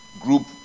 group